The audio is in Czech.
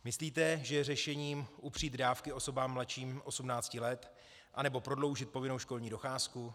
Myslíte, že je řešením upřít dávky osobám mladším 18 let, anebo prodloužit povinnou školní docházku?